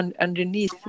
underneath